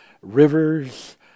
rivers